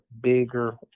bigger